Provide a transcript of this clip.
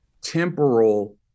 temporal